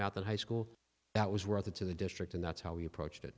that high school that was worth it to the district and that's how we approached it